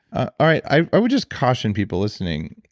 ah i i would just caution people listening.